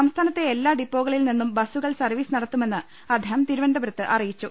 സംസ്ഥാനത്തെ എല്ലാ ഡിപ്പോകളിൽ നിന്നും ബസുകൾ നടത്തുമെന്ന് അദ്ദേഹം സർവീസ് തിരുവനന്തപുരത്ത് അറിയിച്ചു